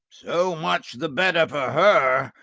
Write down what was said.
so much the better for her.